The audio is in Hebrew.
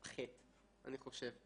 ח', אני חושב,